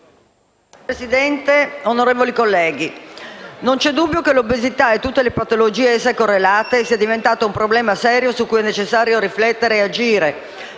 Signor Presidente, onorevoli colleghi, non vi è dubbio che l'obesità e tutte le patologie ad essa correlate siano diventate un problema serio su cui è necessario riflettere ed agire